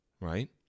right